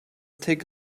take